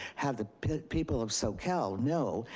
have the people of soquel know,